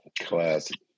Classic